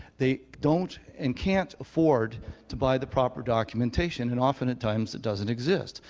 they don't and can't afford to buy the proper documentation, and often at times, it doesn't exist.